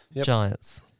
Giants